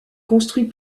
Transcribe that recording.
construit